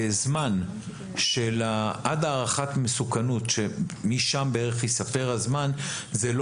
הזמן של עד הערכת מסוכנות שמשם בערך ייספר הזמן זה לא